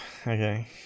Okay